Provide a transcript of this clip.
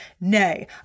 Nay